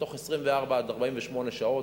בתוך 24 48 שעות,